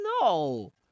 No